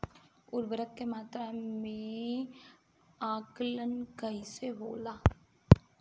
उर्वरक के मात्रा में आकलन कईसे होला?